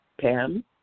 Pam